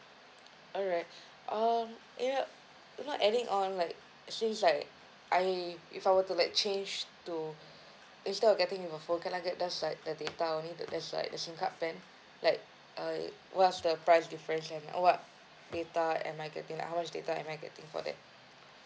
alright um you know not adding on like actually it's like I if I were to like change to instead of getting me my phone can I get just like the data only just like the S_I_M card plan like uh what was the price difference and what data am I getting how much data am I getting for that